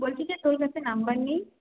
বলছি যে তোর কাছে নাম্বার নেই